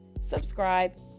subscribe